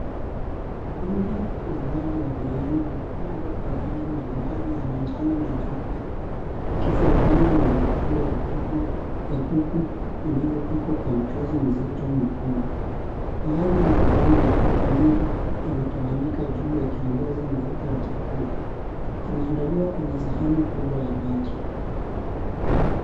Wimbi la wali wa biriani limepambwa kwa rangi mbalimbali za manjano na nyeupe, ikifuatana na vipande vikubwa vya kuku vilivyopikwa kwa mchuzi mzito mwekundu. Baadhi ya majani ya coatmeal imetawanyika juu yakiongeza mvuto wa chakula. Kimeandaliwa kwenye sahani kubwa ya bati.